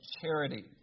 charity